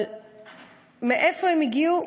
אבל מאיפה הם הגיעו?